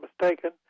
mistaken